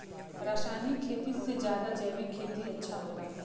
रासायनिक खेती से ज्यादा जैविक खेती अच्छा होला